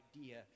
idea